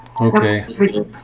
Okay